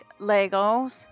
Legos